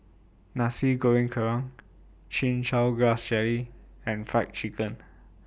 Nasi Goreng Kerang Chin Chow Grass Jelly and Fried Chicken